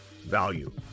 value